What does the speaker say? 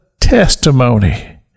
testimony